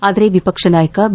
ಆದರೆ ವಿಪಕ್ಷ ನಾಯಕ ಬಿ